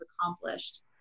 accomplished